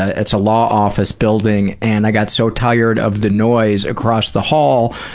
ah it's a law office building, and i got so tired of the noise across the hall,